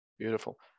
Beautiful